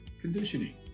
conditioning